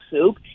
soup